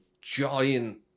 giant